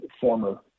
former